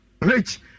rich